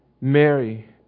Mary